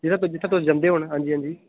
जेह्ड़ा जित्थै तुस जंदे होन हां जी हां जी